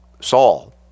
Saul